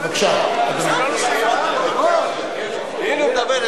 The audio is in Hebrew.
בבקשה, אדוני.